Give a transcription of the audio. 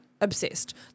obsessed